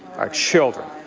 are children.